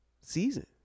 season